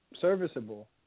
serviceable